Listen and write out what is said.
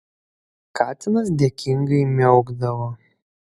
katinas dėkingai miaukdavo